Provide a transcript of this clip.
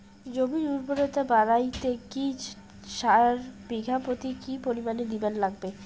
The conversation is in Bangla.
জমির উর্বরতা বাড়াইতে কি সার বিঘা প্রতি কি পরিমাণে দিবার লাগবে?